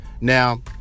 Now